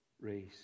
race